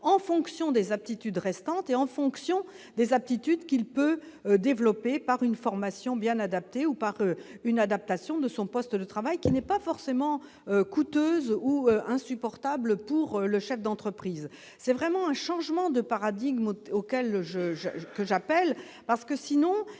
en fonction des aptitudes restantes et en fonction des aptitudes qu'il peut développer par une formation bien adapté, ou par une adaptation de son poste de travail qui n'est pas forcément coûteuses ou insupportable pour le chef d'entreprise, c'est vraiment un changement de paradigme auquel le je, je, je, que j'appelle parce que sinon,